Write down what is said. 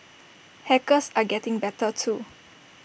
hackers are getting better too